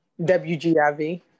WGIV